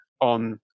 on